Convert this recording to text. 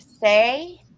say